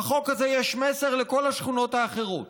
בחוק הזה יש מסר לכל השכונות האחרות,